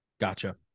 Gotcha